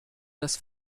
das